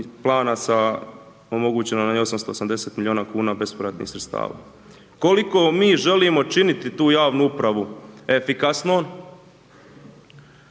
plana sa, omogućeno nam je 880 milijuna kuna bespovratnih sredstava. Koliko mi želimo činiti tu javnu upravu efikasnom